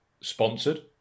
sponsored